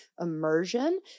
Immersion